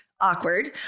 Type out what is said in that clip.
awkward